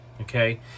okay